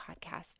podcast